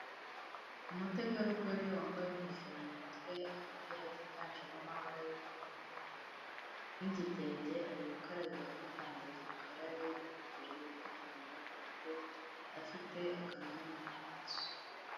Umutegarugori wambaye ingofero mu mutwe, agapira kiganjemo amabara y'ubururu n'umweru. N'igitenge, ari gukarabira kuri kandagira ukarabe imbere y'umuryango, ko afite akamwenyu ku maso.